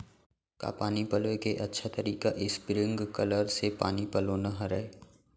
का पानी पलोय के अच्छा तरीका स्प्रिंगकलर से पानी पलोना हरय?